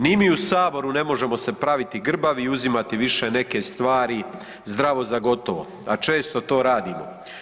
Ni mi u Saboru ne možemo se praviti grbavi i uzimati više neke stvari zdravo za gotovo, a često to radimo.